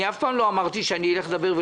אני אתן לכם תשובה.